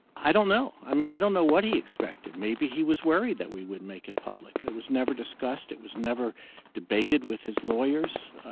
i don't know. i mean, i don't know what he expected. maybe he was worried that we would make it public. it was never discussed. it was never debated with his lawyers.